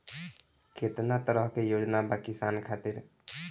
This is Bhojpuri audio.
केतना तरह के योजना बा किसान खातिर?